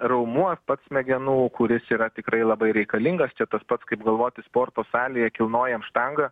raumuo pats smegenų kuris yra tikrai labai reikalingas čia tas pats kaip galvoti sporto salėje kilnojam štangą